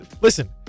listen